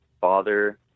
father